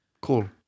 Cool